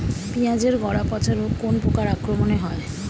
পিঁয়াজ এর গড়া পচা রোগ কোন পোকার আক্রমনে হয়?